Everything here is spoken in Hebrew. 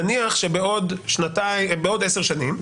נניח בעוד עשר שנים,